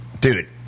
dude